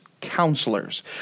counselors